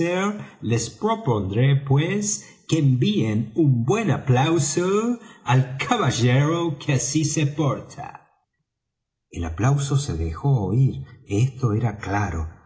les propondré pues que envíen un buen aplauso al caballero que así se porta el aplauso se dejó oir esto era claro